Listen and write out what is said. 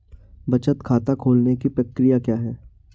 बचत खाता खोलने की प्रक्रिया क्या है?